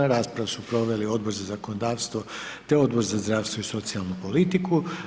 Raspravu su proveli Odbor za zakonodavstvo, te Odbor za zdravstvo i socijalnu politiku.